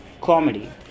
comedy